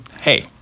hey